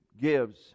gives